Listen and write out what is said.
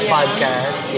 podcast